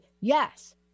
Yes